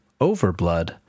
Overblood